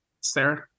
Sarah